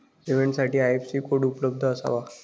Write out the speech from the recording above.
पेमेंटसाठी IFSC code उपलब्ध असावा